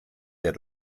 der